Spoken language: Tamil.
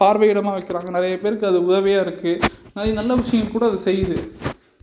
பார்வையிடமாக வைக்கிறாங்க நிறையப் பேருக்கு அது உதவியாக இருக்குது அது நல்ல விஷயம் கூட அது செய்யுது